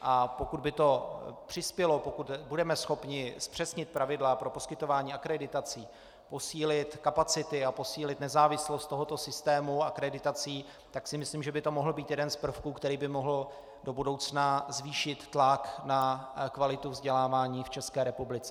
A pokud by to přispělo, pokud budeme schopni zpřesnit pravidla pro poskytování akreditací, posílit kapacity a posílit nezávislost tohoto systému akreditací, tak si myslím, že by to mohl být jeden z prvků, který by mohl do budoucna zvýšit tlak na kvalitu vzdělávání v České republice.